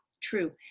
true